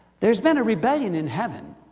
there's been a rebellion in heaven,